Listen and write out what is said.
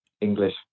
English